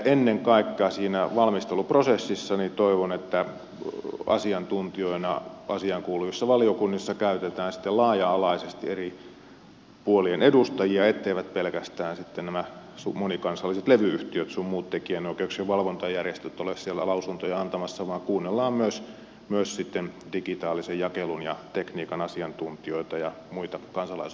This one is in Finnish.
ennen kaikkea siinä valmisteluprosessissa toivon että asiantuntijoina asiaankuuluvissa valiokunnissa käytetään sitten laaja alaisesti eri puolien edustajia etteivät pelkästään sitten nämä monikansalliset levy yhtiöt sun muut tekijänoikeuksien valvontajärjestöt ole siellä lausuntoja antamassa vaan kuunnellaan sitten myös digitaalisen jakelun ja tekniikan asiantuntijoita ja muita kansalaisoikeusjärjestöjä